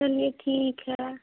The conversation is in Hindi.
चलिए ठीक है